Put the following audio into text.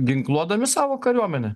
ginkluodami savo kariuomenę